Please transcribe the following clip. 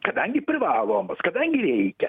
kadangi privalomas kadangi reikia